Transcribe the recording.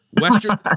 Western